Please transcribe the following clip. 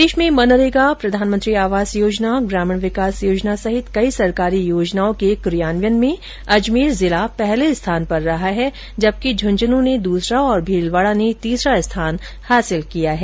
प्रदेश में मनरेगा प्रधानमंत्री आवास योजना ग्रामीण विकास योजना सहित कई सरकारी योजनाओं के क्रियान्वयन में अजमेर जिला प्रथम स्थान पर रहा है जबकि झुंझुनू ने दूसरा और भीलवाड़ा ने तीसरा स्थान हासिल किया है